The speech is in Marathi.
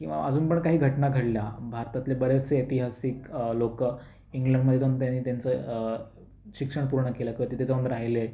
किंवा अजून पण काही घटना घडल्या भारतातले बरेचसे एतिहासिक लोकं इंग्लंडमध्ये जाऊन त्यांनी त्यांचं शिक्षण पूर्ण केलं किंवा तिथे जाऊन राहिले